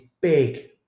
big